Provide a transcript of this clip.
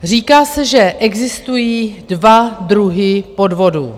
Říká se, že existují dva druhy podvodů.